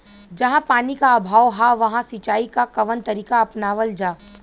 जहाँ पानी क अभाव ह वहां सिंचाई क कवन तरीका अपनावल जा?